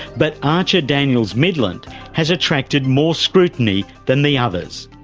but archer daniels midland has attracted more scrutiny than the others.